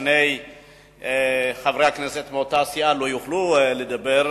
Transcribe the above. שני חברי כנסת מאותה סיעה לא יוכלו לדבר,